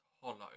hollow